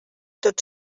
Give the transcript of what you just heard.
tot